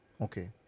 Okay